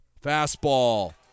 Fastball